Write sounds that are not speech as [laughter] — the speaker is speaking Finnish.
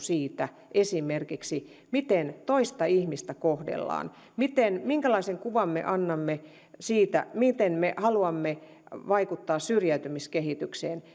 esimerkiksi siitä miten toista ihmistä kohdellaan minkälaisen kuvan me annamme siitä miten me haluamme vaikuttaa syrjäytymiskehitykseen [unintelligible]